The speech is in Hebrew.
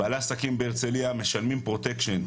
בעלי עסקים בהרצליה משלמים פרוטקשן,